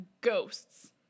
ghosts